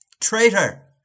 Traitor